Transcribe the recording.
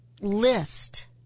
list